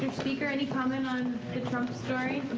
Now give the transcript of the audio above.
speaker, any comment on the trump story?